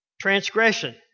transgression